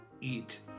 eat